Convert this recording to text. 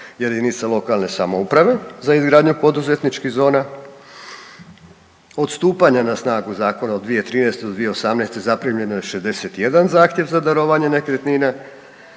jedinica lokalne samouprave za izgradnju poduzetničkih zona. Od stupanja na snagu zakona od 2013. do 2018. zaprimljeno je 61 zahtjev za darovanje nekretnina.